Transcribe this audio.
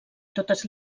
totes